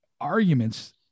arguments